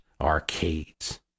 arcades